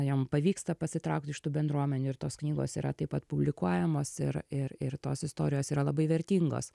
jom pavyksta pasitraukt iš tų bendruomenių ir tos knygos yra taip pat publikuojamos ir ir ir tos istorijos yra labai vertingos